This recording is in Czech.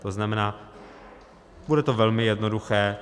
To znamená, bude to velmi jednoduché.